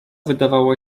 wydawało